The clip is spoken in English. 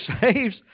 saves